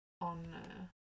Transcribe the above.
on